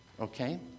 okay